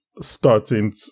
starting